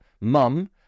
mum